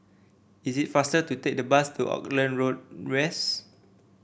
is it faster to take the bus to Auckland Road West